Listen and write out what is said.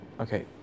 okay